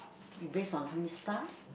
you base on how many star